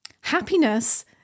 happiness